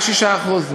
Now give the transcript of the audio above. רק 6%?